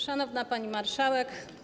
Szanowna Pani Marszałek!